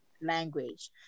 language